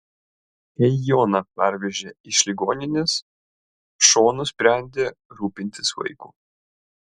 kai joną parvežė iš ligoninės šuo nusprendė rūpintis vaiku